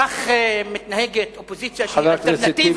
כך מתנהגת אופוזיציה שהיא אלטרנטיבה?